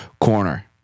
corner